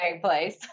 place